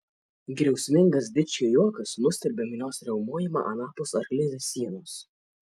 griausmingas dičkio juokas nustelbė minios riaumojimą anapus arklidės sienos